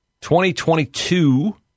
2022